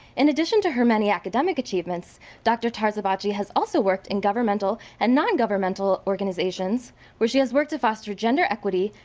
in addition to her many academic achievements dr. tarzibachi has also worked in governmental and nongovernmental organizations where she has worked to foster gender equity,